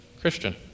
Christian